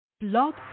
Blog